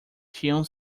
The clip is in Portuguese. tinham